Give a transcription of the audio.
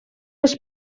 els